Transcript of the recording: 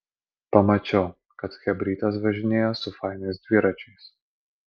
pamačiau kad chebrytės važinėja su fainais dviračiais